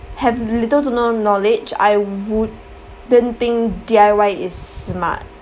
have little to no knowledge I wouldn't think D_I_Y is smart